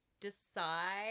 decide